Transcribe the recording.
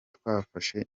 twafashe